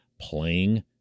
playing